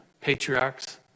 patriarchs